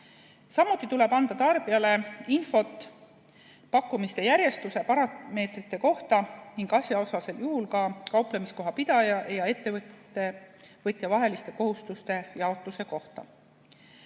Samuti tuleb anda tarbijale infot pakkumiste järjestuse parameetrite kohta ning asjakohasel juhul ka kauplemiskoha pidaja ja ettevõtja vaheliste kohustuste jaotuse kohta.